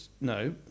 No